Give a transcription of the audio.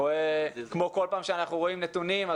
כמו כל פעם שאנחנו רואים נתונים,